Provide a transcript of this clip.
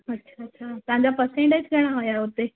अछा अछा तव्हांजा परसेंटेज कहिड़ा आया हुया हुते